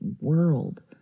world